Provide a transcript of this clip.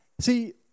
See